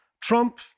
Trump